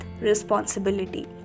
responsibility